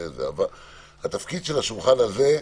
תפקיד השולחן הזה,